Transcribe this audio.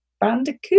bandicoot